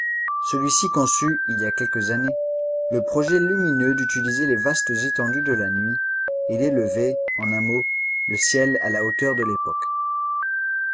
celui-ci conçut il y a quelques années le projet lumineux d'utiliser les vastes étendues de la nuit et d'élever en un mot le ciel à la hauteur de l'époque